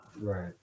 Right